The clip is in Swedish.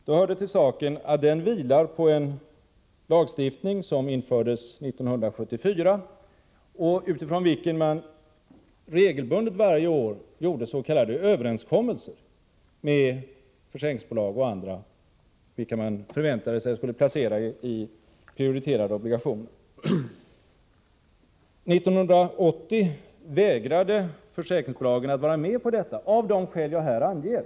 Det hör till saken att den vilar på en lagstiftning som infördes 1974 och utifrån vilken man regelbundet varje år gjorde s.k. överenskommelser med försäkringsbolag och andra vilka man förväntade sig skulle placera i prioriterade obligationer. År 1980 vägrade försäkringsbolagen att vara med på detta av de skäl jag har angett.